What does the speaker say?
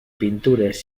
pintures